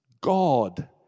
God